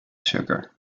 sugar